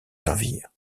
servir